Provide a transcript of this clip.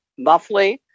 muffly